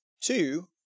Two